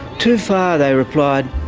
too far, they replied.